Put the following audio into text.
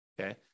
Okay